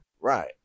Right